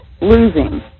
losing